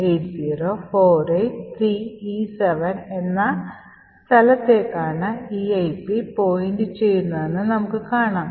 80483e7 എന്ന സ്ഥലത്തേക്കാണ് eip point ചെയ്യുന്നതെന്ന് നമുക്ക് കാണാം